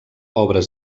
obres